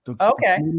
Okay